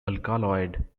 alkaloid